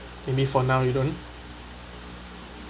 maybe for now you don't